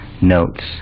notes